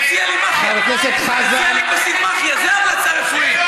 תציע לי כוסית מח'יה, זו המלצה רפואית.